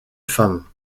femmes